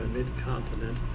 Mid-Continent